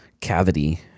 cavity